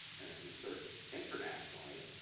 and if you search internationally,